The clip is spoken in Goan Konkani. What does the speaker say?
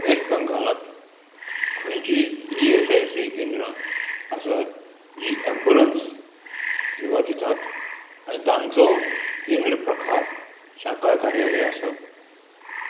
वेस्ट बंगालांत खंयचीं ई एस आय सी केंद्रां आसात जीं ऍम्बुलंस सेवा दितात आनी तांचो केंद्र प्रकार शाखा कार्यालय आसा